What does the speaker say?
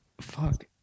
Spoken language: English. Fuck